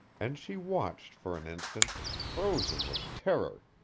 and she watched for an instant, frozen with terror,